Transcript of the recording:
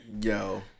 Yo